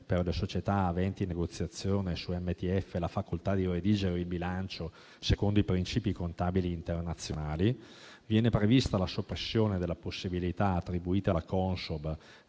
Trading Facilities, MTF) la facoltà di redigere il bilancio secondo i principi contabili internazionali. Viene prevista la soppressione della possibilità attribuita alla Consob